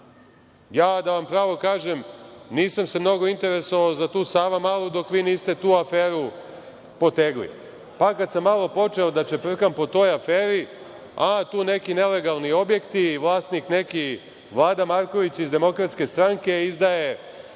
Ja da vam pravo kažem, nisam se mnogo interesovao za tu Savumalu dok vi niste tu aferu potegli, pa kada sam malo počeo da čeprkam po toj aferi, a tu neki nelegalni objekti, vlasnik neki Vlada Marković iz Demokratske stranke, izdaje